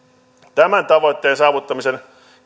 tämän tavoitteen saavuttamisen